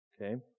okay